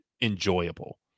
enjoyable